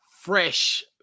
fresh